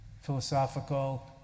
philosophical